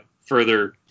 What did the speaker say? further